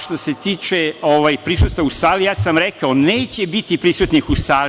Što se tiče prisustva u sali, ja sam rekao – neće biti prisutnih u sali.